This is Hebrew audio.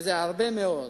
וזה הרבה מאוד.